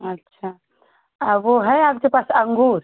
अच्छा आ वह है आपके पास अंगूर